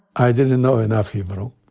i didn't know enough hebrew.